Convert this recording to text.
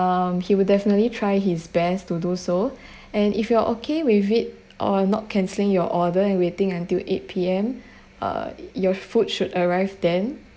um he would definitely try his best to do so and if you are okay with it or not canceling your order and waiting until eight P_M uh your food should arrive then